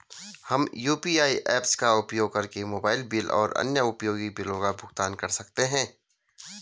हम UPI apps का उपयोग करके मोबाइल बिल और अन्य उपयोगी बिलों का भुगतान कर सकते हैं